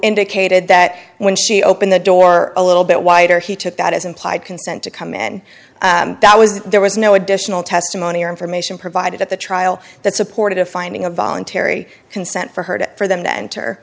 indicated that when she opened the door a little bit wider he took that as implied consent to come and that was there was no additional testimony or information provided at the trial that supported a finding a voluntary consent for her to for them to enter